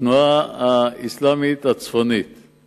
התנועה האסלאמית הצפונית היא